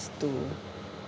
to